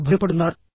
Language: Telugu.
వారు భయపడుతున్నారు